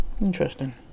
interesting